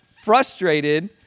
frustrated